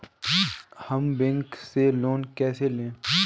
हम बैंक से लोन कैसे लें?